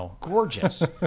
gorgeous